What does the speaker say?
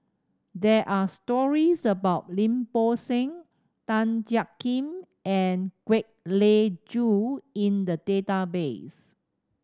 there are stories about Lim Bo Seng Tan Jiak Kim and Kwek Leng Joo in the database